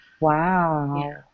Wow